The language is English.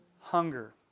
Hunger